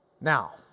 now